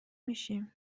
میشیم